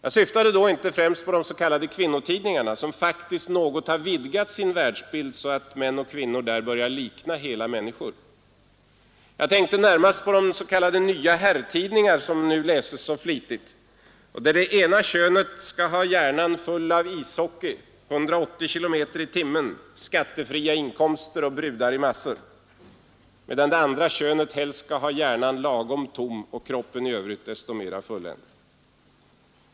Jag syftade då inte främst på de s.k. kvinnotidningarna, som faktiskt har vidgat sin världsbild något så att män och kvinnor där börjar likna hela människor. Jag tänkte närmast på de nya ”herrtidningar” som nu läses så flitigt och där det ena könet skall ha hjärnan full av ishockey, 180 kilometer i timmen, skattefria inkomster och brudar i massor, medan det andra könet helst skall ha hjärnan lagom tom och kroppen i övrigt desto mer fulländad.